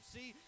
See